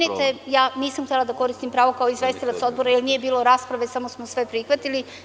Izvinite, ja nisam htela da koristim pravo kao izvestilac odbora, jer nije bilo rasprave, samo sve prihvatili.